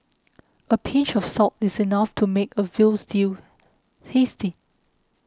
a pinch of salt is enough to make a Veal Stew tasty